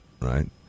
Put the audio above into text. Right